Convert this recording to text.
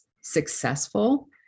successful